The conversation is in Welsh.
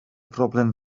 broblem